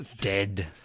dead